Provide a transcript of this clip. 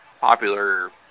popular